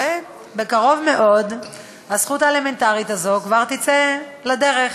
ובקרוב מאוד הזכות האלמנטרית הזאת כבר תצא לדרך.